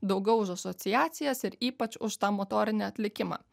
daugiau už asociacijas ir ypač už tą motorinį atlikimą